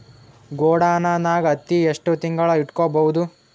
ಗೊಡಾನ ನಾಗ್ ಹತ್ತಿ ಎಷ್ಟು ತಿಂಗಳ ಇಟ್ಕೊ ಬಹುದು?